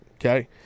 okay